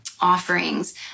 offerings